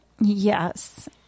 yes